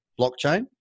blockchain